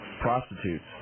prostitutes